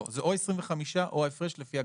זה או 25 או ההפרש לפי הגבוה.